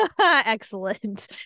Excellent